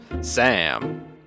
Sam